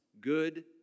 good